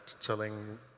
telling